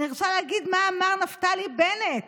אני רוצה להגיד מה אמר נפתלי בנט